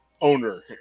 owner